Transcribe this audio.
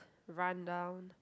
run-down